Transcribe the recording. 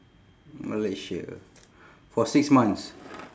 malaysia for six months